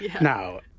Now